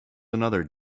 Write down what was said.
another